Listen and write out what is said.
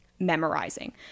memorizing